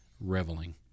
reveling